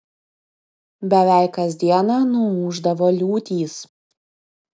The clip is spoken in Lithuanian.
beveik kas dieną nuūždavo liūtys